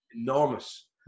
enormous